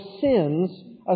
sins